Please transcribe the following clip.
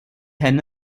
henne